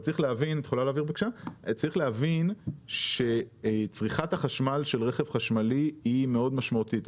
צריך להבין שצריכת החשמל של רכב חשמלי היא מאוד משמעותית.